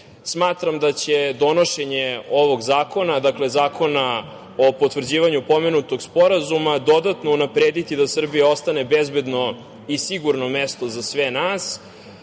sobom. Smatram da će donošenje ovog zakona, dakle zakona o potvrđivanju pomenutog Sporazuma dodatno unaprediti da Srbija ostane bezbedno i sigurno mesto za sve nas,